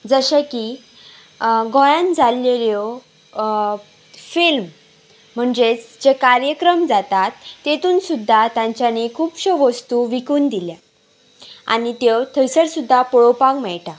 जशें की गोंयान जाल्लेल्यो फिल्म म्हणजेच जे कार्यक्रम जातात तेतून सुद्दां तांच्यानी खुबश्यो वस्तू विकून दिल्यात आनी त्यो थंयसर सुद्दां पळोवपाक मेळटा